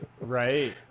right